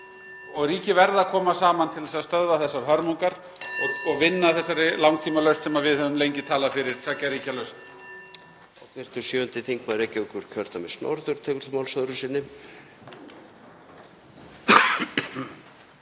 og ríki verða að koma saman til að stöðva þessar hörmungar og vinna að þeirri langtímalausn sem við höfum lengi talað fyrir, tveggja ríkja lausn.